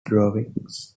drawings